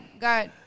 got